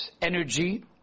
energy